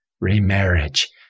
remarriage